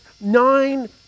nine